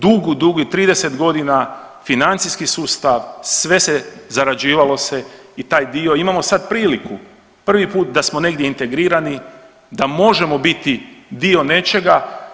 Dugi, dugi 30 godina financijski sustav sve se zarađivalo se i taj dio, imamo sad priliku prvi put da smo negdje integrirani, da možemo biti dio nečega.